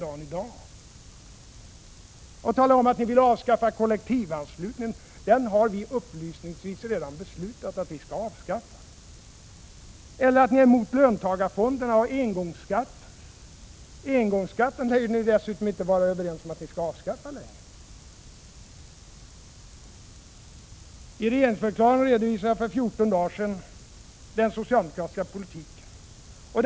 Det räcker inte att tala om att ni vill avskaffa kollektivanslutningen — den har vi upplysningsvis redan beslutat att avskaffa — eller att ni är emot löntagarfonderna och engångsskatten. Engångsskatten lär ni ju dessutom inte ens vara överens cm att avskaffa längre. I regeringsförklaringen redovisade jag för fjorton dagar sedan den socialdemokratiska politiken.